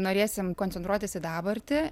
norėsim koncentruotis į dabartį